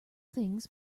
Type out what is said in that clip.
things